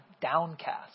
downcast